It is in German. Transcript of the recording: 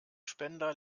spender